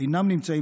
אינם נמצאים